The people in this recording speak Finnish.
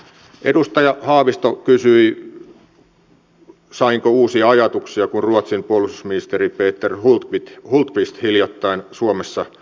edustaja haavisto kysyi sainko uusia ajatuksia kun ruotsin puolustusministeri peter hultqvist hiljattain suomessa vieraili